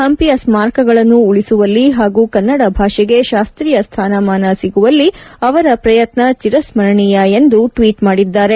ಪಂಪಿಯ ಸ್ಥಾರಕಗಳನ್ನು ಉಳಿಸುವಲ್ಲಿ ಹಾಗೂ ಕನ್ನಡ ಭಾಷೆಗೆ ಶಾಸ್ತೀಯ ಸ್ಥಾನಮಾನ ಸಿಗುವಲ್ಲಿ ಅವರ ಪ್ರಯತ್ನ ಚಿರಸ್ತರಣೀಯ ಎಂದು ಮುಖ್ಯಮಂತ್ರಿ ಟ್ವೀಟ್ ಮಾಡಿದ್ದಾರೆ